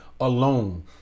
alone